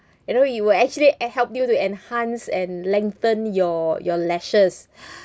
you know you will actually eh help you to enhance and lengthen your your lashes